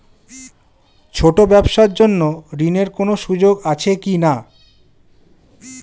ছোট ব্যবসার জন্য ঋণ এর কোন সুযোগ আছে কি না?